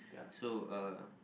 so uh